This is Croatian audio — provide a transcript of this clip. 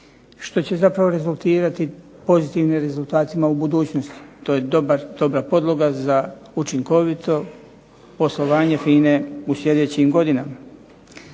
što će zapravo rezultirati pozitivnim rezultatima u budućnosti. To je dobra podloga za učinkovito poslovanje FINA-e u sljedećim godinama.